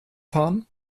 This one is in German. fahren